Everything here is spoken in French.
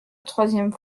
troisième